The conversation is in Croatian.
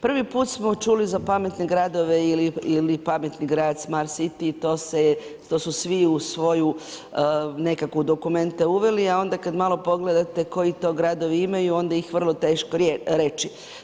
Prvi put smo čuli za pametne gradove ili pametni grad smart city i to su svi u svoju nekako dokumente uveli, a onda kad malo pogledati, koji to gradovi imaju, onda je vrlo teško reći.